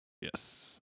Yes